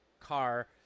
car